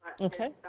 okay.